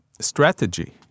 strategy